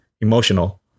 emotional